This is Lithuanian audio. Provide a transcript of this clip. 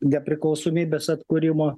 nepriklausomybės atkūrimo